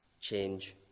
change